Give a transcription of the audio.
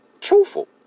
truthful